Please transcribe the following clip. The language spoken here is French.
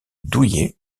douillet